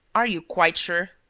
are you quite sure?